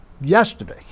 yesterday